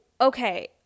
okay